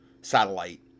satellite